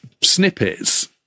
snippets